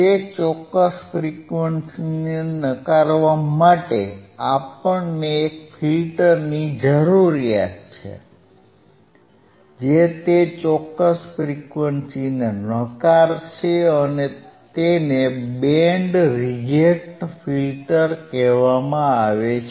તે ચોક્કસ ફ્રીક્વન્સીને નકારવા માટે આપણને એક ફિલ્ટરની જરૂર છે જે તે ચોક્કસ ફ્રીક્વન્સીને નકારશે અને તેને બેન્ડ રિજેક્ટ ફિલ્ટર કહેવામાં આવે છે